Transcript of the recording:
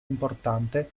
importante